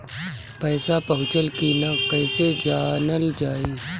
पैसा पहुचल की न कैसे जानल जाइ?